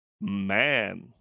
man